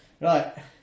Right